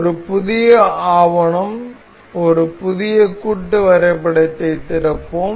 ஒரு புதிய ஆவணம் ஒரு புதிய கூட்டு வரைபடத்தைத் திறப்போம்